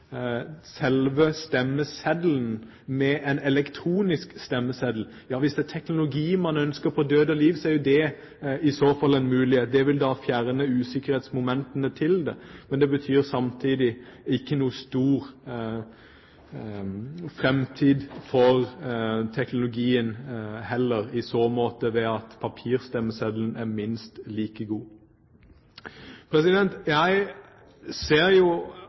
selve stemmeseddelen med en elektronisk stemmeseddel. Ja, hvis det er teknologi man på død og liv ønsker, er det i så fall en mulighet. Det vil da fjerne usikkerhetsmomentene i dette, men det betyr samtidig ikke noen stor framtid for teknologien heller i så måte, fordi papirstemmesedlene er minst like gode. Jeg ser